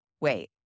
Wait